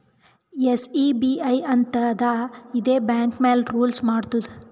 SEBI ಅಂತ್ ಅದಾ ಇದೇ ಬ್ಯಾಂಕ್ ಮ್ಯಾಲ ರೂಲ್ಸ್ ಮಾಡ್ತುದ್